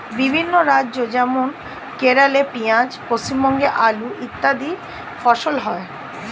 বিভিন্ন রাজ্য যেমন কেরলে পেঁয়াজ, পশ্চিমবঙ্গে আলু ইত্যাদি ফসল হয়